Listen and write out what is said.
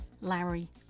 larry